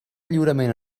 lliurament